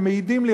והם מעידים לי,